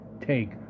take